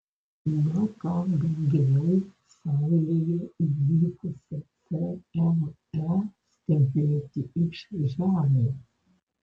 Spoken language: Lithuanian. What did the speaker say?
ne ką lengviau saulėje įvykusią cme stebėti iš žemės